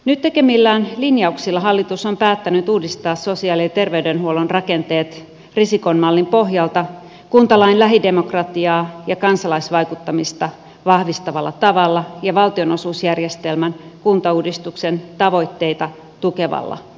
nyt tekemillään linjauksilla hallitus on päättänyt uudistaa sosiaali ja terveydenhuollon rakenteet risikon mallin pohjalta kuntalain lähidemokratiaa ja kansalaisvaikuttamista vahvistavalla tavalla ja valtionosuusjärjestelmän kuntauudistuksen tavoitteita tukevalla tavalla